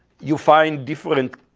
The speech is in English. you find different